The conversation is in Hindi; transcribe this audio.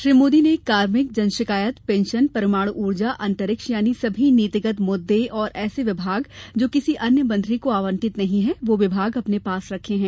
श्री मोदी ने कार्मिक जन शिकायत पेंशन परमाणु ऊर्जा अंतरिक्ष सभी नीतिगत मुद्दें और ऐसे विभाग जो किसी अन्य मंत्री को आवंटित नहीं है वो विभाग अपने पास रखे हैं